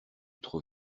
trop